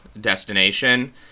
destination